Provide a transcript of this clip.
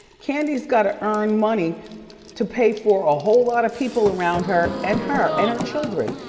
kandi's gotta earn money to pay for a whole lot of people around her, and her, and her children,